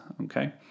Okay